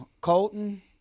Colton